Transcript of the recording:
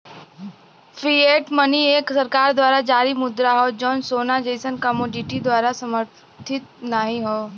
fiat money एक सरकार द्वारा जारी मुद्रा हौ जौन सोना जइसन कमोडिटी द्वारा समर्थित नाहीं हौ